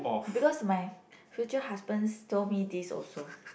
because my future husbands told me this also